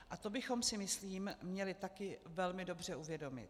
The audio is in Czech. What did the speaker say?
A to bychom si, myslím, měli také velmi dobře uvědomit.